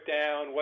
down